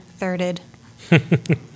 thirded